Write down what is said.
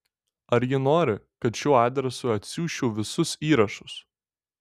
ar ji nori kad šiuo adresu atsiųsčiau visus įrašus